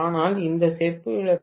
ஆனால் இந்த செப்பு இழப்பு